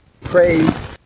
praise